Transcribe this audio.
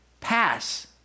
pass